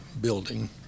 building